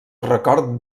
record